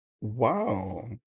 Wow